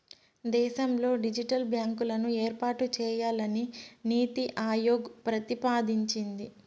దేశంలో డిజిటల్ బ్యాంకులను ఏర్పాటు చేయాలని నీతి ఆయోగ్ ప్రతిపాదించింది